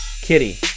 kitty